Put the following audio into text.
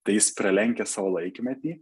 tai jis pralenkia savo laikmetį